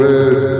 Red